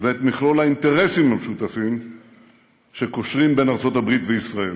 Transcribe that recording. ואת מכלול האינטרסים המשותפים שקושרים בין ארצות-הברית לישראל.